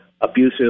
abusive